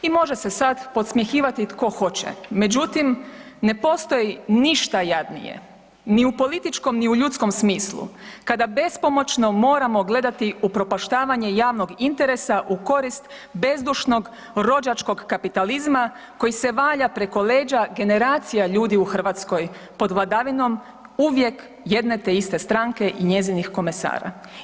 I može se sad podsmjehivati tko hoće, međutim na postoji ništa jadnije, ni u političkom ni u ljudskom smislu kada bespomoćno moramo gledati upropaštavanje javnog interesa u korist bezdušnog rođačkog kapitalizma koji se valja preko leđa generacija ljudi u Hrvatskoj pod vladavinom uvijek jedne te iste stranke i njezinih komesara.